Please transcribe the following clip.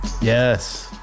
Yes